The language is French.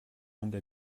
longue